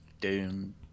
doom